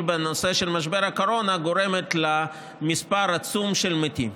בנושא של משבר הקורונה שגורמת למספר עצום של מתים.